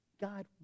God